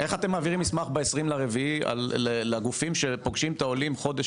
איך אתם מעבירים מסמך ב-20.4 לגופים שפוגשים את העולים חודש